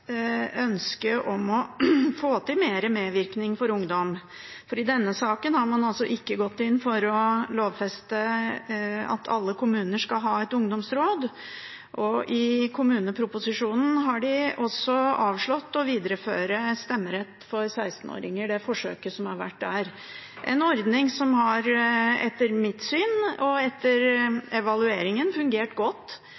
om å få til mer medvirkning for ungdom, for i denne saken har man altså ikke gått inn for å lovfeste at alle kommuner skal ha et ungdomsråd. I kommuneproposisjonen har de også avslått å videreføre stemmerett for 16-åringer, det forsøket som har vært der. Det er en ordning som etter mitt syn, og